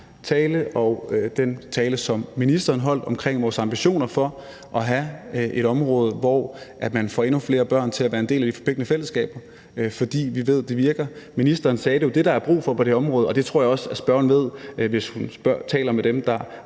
tale og den tale, som ministeren holdt om vores ambitioner om at have et område, hvor man får endnu flere børn til at være en del af de forpligtende fællesskaber, for vi ved det virker. Ministeren sagde, at det jo er det, der er brug for på det her område, og det tror jeg også at spørgeren ved, hvis hun taler med dem, der